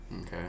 Okay